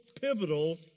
pivotal